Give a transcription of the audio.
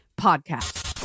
Podcast